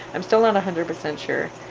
i'm still not a hundred percent sure